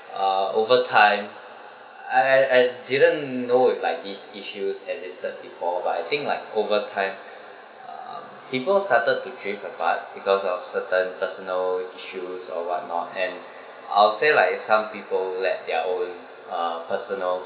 uh over time I I I didn't know if like this issues existed before but I think like overtime um people started to drift apart because of certain personal issues or what not and I'll say like it some people let their own uh personal